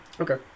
Okay